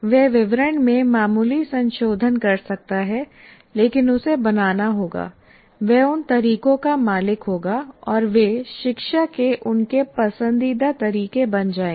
वह विवरण में मामूली संशोधन कर सकता है लेकिन उसे बनाना होगा वह उन तरीकों का मालिक होगा और वे शिक्षा के उनके पसंदीदा तरीके बन जाएंगे